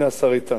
הנה השר איתן.